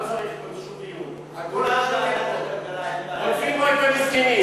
לא צריך פה שום דיון, רודפים רק את המסכנים.